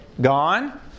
gone